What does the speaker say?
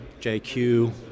JQ